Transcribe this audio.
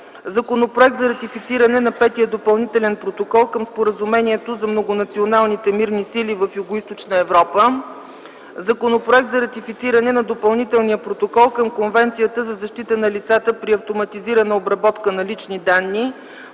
Законопроект за ратифициране на Петия допълнителен протокол към Споразумението за Многонационалните мирни сили в Югоизточна Европа. Законопроект за ратифициране на Допълнителния протокол към Конвенцията за защита на лицата при автоматизирана обработка на лични данни